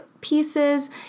pieces